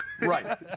Right